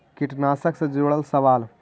कीटनाशक से जुड़ल सवाल?